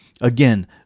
Again